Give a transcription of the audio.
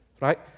right